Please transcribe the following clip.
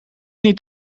niet